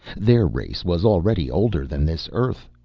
their race was already older than this earth.